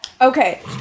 okay